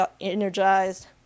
energized